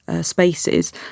spaces